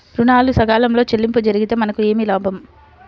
ఋణాలు సకాలంలో చెల్లింపు జరిగితే మనకు ఏమి లాభం?